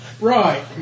Right